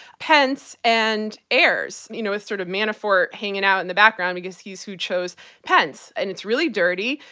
pence and ayers. you know, with sort of manafort hanging out in the background because he's who chose pence. and it's really dirty.